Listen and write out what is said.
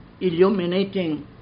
illuminating